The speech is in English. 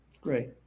Great